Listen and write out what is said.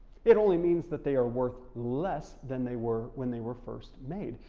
it only means that they are worth less than they were when they were first made.